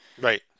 Right